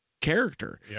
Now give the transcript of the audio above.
character